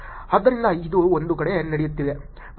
ಆದ್ದರಿಂದ ಇದು ಒಂದು ಕಡೆ ನಡೆಯುತ್ತಿದೆ